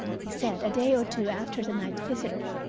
he said, a day or two after the night visitor.